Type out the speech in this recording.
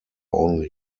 only